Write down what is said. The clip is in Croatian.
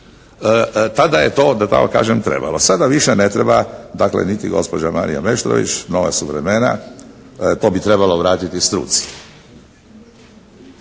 Tada je to da tako kažem trebalo. Sada više ne treba dakle niti gospođa Marija Meštrović, nova su vremena. To bi trebalo vratiti struci.